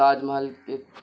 Taj Mahal